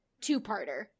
two-parter